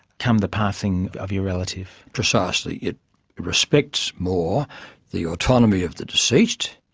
come the passing of your relative. precisely. it respects more the autonomy of the deceased,